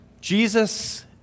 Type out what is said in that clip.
Jesus